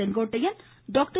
Sengottaiyan doctor